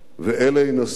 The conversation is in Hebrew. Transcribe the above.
ואלה ינסו